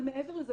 אבל מעבר לזה,